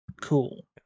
cool